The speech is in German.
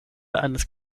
eines